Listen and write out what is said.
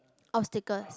obstacle